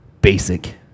basic